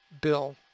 bill